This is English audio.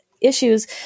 issues